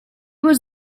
was